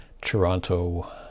Toronto